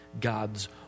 God's